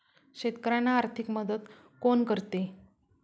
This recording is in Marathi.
शेतकऱ्यांना आर्थिक मदत कोण करते?